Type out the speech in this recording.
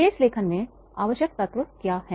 case लेखन में आवश्यक तत्व क्या हैं